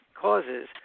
causes